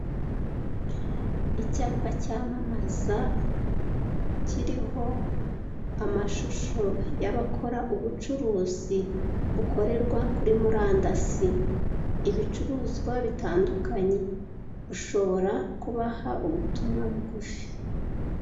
Icyapa cyamamaza kiriho amashusho y'abakora ubucuruzi bukorerwa kuri murandasi, ibicuruzwa bitandukanye ushobora kubaha ubutumwa bugufi.